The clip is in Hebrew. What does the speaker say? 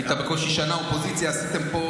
בקושי שנה היית אופוזיציה, עשיתם פה